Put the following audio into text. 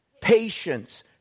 patience